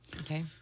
Okay